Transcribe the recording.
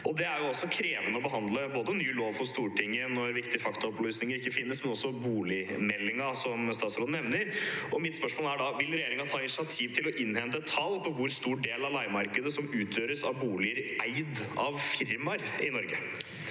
for Stortinget å behandle en ny lov når viktige faktaopplysninger ikke finnes, men også boligmeldingen, som statsråden nevner. Mitt spørsmål er da: Vil regjeringen ta initiativ til å innhente tall på hvor stor del av leiemarkedet som utgjøres av boliger eid av firmaer i Norge?